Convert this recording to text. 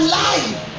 life